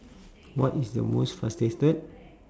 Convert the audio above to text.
what is the most frustrated